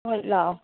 ꯍꯣꯏ ꯂꯥꯛ ꯑꯣ